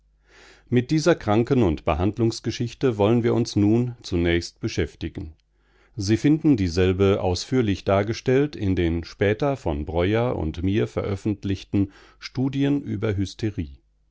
mit dieser kranken und behandlungsgeschichte wollen wir uns nun zunächst beschäftigen sie finden dieselbe ausführlich dargestellt in den später von breuer und mir veröffentlichten studien über hysterie